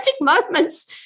moments